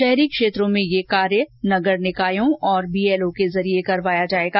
शहरी क्षेत्रों में ये कार्य नगर निकायों और बीएलओ के जरिये करवाया जायेगा